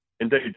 Indeed